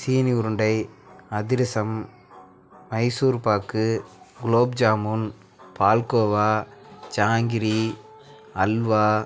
சீனி உருண்டை அதிரசம் மைசூர்பாக் குலோப் ஜாமூன் பால்கோவா ஜாங்கிரி அல்வா